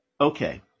okay